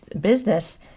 business